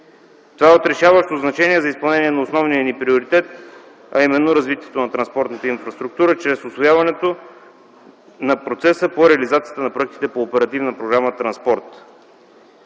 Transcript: Това е от решаващо значение за изпълнение на основния ни приоритет, а именно развитието на транспортната инфраструктура чрез усвояването на процеса по реализацията на проектите по оперативна програма „Транспорт”.